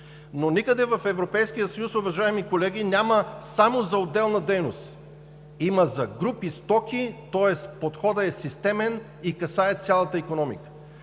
но никъде в Европейския съюз, уважаеми колеги, няма само за отделна дейност, има за групи стоки. Тоест подходът е системен и касае цялата икономика.